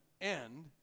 end